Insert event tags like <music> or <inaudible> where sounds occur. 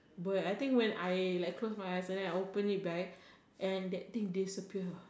where I think like when I close my eyes and then I open it back <breath> and that thing disappear